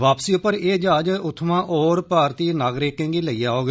वापसी उप्पर एह् ज्हाज उत्थुआं होर भारतीय नागरिकें गी लेई औग